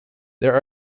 there